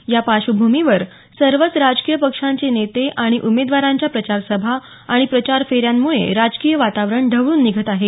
या पार्श्वभूमीवर सर्वच राजकीय पक्षांचे नेते आणि उमेदवारांच्या प्रचार सभा आणि प्रचार फेऱ्यांमुळे राजकीय वातावरण ढवळून निघत आहे